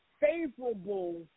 favorable